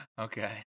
Okay